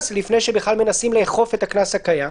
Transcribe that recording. לפני שבכלל מנסים לאכוף את הקנס הקיים.